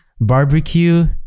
Barbecue